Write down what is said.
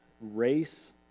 race